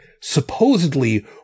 supposedly